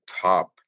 top